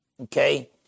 Okay